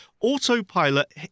Autopilot